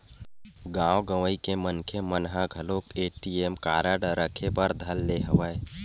गाँव गंवई के मनखे मन ह घलोक ए.टी.एम कारड रखे बर धर ले हवय